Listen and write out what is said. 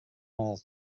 all